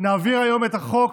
נעביר היום את חוק